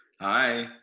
Hi